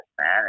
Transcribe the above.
man